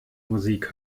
musik